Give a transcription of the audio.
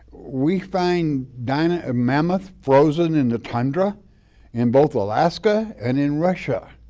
we find diania, a mammoth frozen in the tundra in both alaska and in russia.